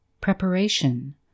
preparation